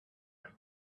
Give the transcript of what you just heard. him